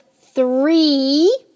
three